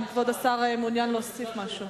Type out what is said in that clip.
האם כבוד השר מעוניין להוסיף משהו?